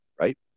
right